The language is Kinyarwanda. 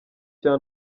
cya